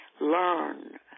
learn